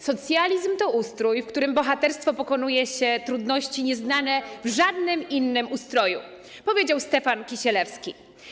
Socjalizm to ustrój, w którym bohatersko pokonuje się trudności nieznane w żadnym innym ustroju - powiedział Stefan Kisielewski.